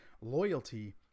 Loyalty